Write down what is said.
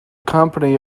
company